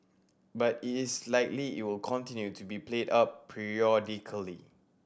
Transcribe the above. but it is likely it will continue to be played up periodically